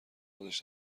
خودش